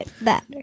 better